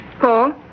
Paul